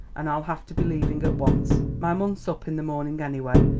an' i'll have to be leaving at once. my month's up in the morning anyway,